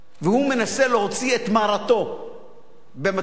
והוא מנסה להוציא את מרתו במצבים שכאלה,